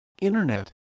internet